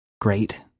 Great